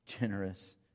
generous